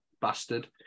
bastard